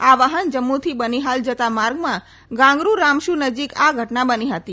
આ વાહન જમ્મુથી બનીહાલ જતા માર્ગમાં ગાંગરૂ રામશુ નજીક આ ઘટના બની હતી